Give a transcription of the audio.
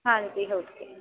ਹਾਂਜੀ